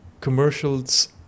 commercials